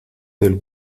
del